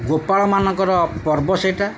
ଗୋପାଳମାନଙ୍କର ପର୍ବ ସେଇଟା